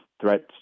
threats